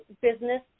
business